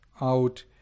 out